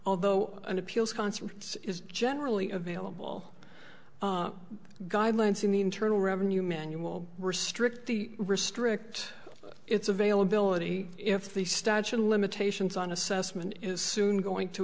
although an appeals concerts generally available guidelines in the internal revenue manual were strictly restrict its availability if the statute of limitations on assessment is soon going to